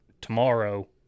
tomorrow